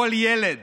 כל ילד